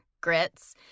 Grits